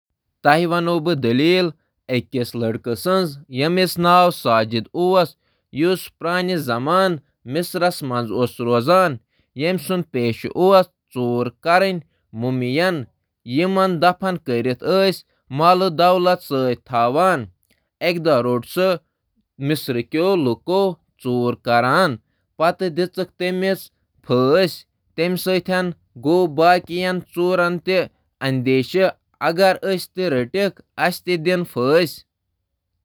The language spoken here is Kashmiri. بہٕ وَنہٕ قدیم مصرس منٛز روزن وٲلِس أکِس کردارس مُتعلِق اکھ دٔلیٖل۔ ناو سجید تٔمۍ سُنٛد پیشہٕ اوس ڈکیتی، سُہ اوس سۄنہٕ لوٗٹان یُس مصرس منٛز أکِس مردٕ جسمس سۭتۍ اوس۔ پُلیٖسن روٚٹ سُہ تہٕ کوٚرُن أمِس پھٲنٛسی دِتھ مٲرِتھ۔